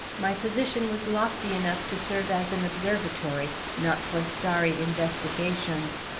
my position was lofty enough to serve as an observatory, not for starry investigations,